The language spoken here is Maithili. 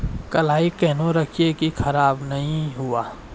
कलाई केहनो रखिए की खराब नहीं हुआ?